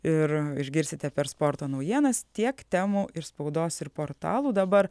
ir išgirsite per sporto naujienas tiek temų ir spaudos ir portalų dabar